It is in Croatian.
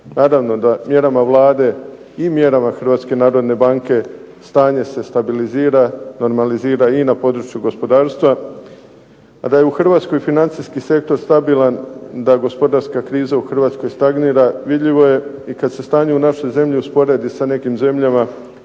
Naravno da mjerama Vlade i mjerama Hrvatske narodne banke stanje se stabilizira, normalizira i na području gospodarstva. A da je u Hrvatskoj financijski sektor stabilan, da gospodarska kriza u Hrvatskoj stagnira vidljivo je i kad se stanje u našoj zemlji usporedi sa nekim zemljama